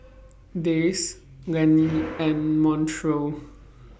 Dayse Lenny and Montrell